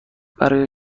برای